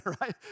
right